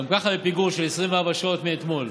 גם ככה זה פיגור של 24 שעות מאתמול.